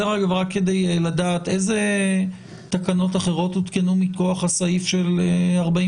דרך אגב, אילו תקנות אחרות הותקנו מכוח סעיף 49?